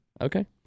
Okay